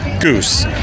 Goose